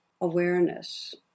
awareness